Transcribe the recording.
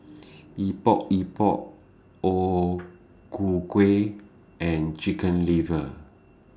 Epok Epok O Ku Kueh and Chicken Liver